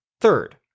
Third